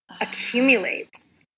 accumulates